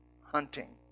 Hunting